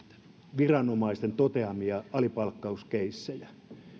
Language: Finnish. viranomaisten toteamia alipalkkauskeissejä